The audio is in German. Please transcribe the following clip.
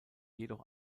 jedoch